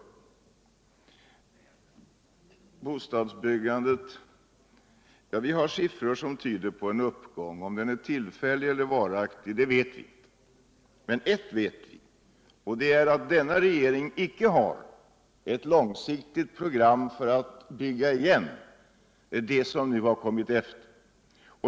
I fråga om bostadsbyggandet har vi siffror som tyder på en uppgång. Om denna är tillfällig eller varaktig vet viinte. Men ett vet vi, och det är att denna regering icke har ett långsiktigt program för att bygga i fatt det som nu har kommit efter.